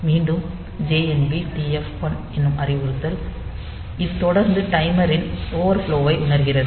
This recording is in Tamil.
மீண்டும் JNB TF1 என்னும் அறிவுறுத்தல் இது தொடர்ந்து டைமர் இன் ஓவர்ஃப்லோ ஐ உணர்கிறது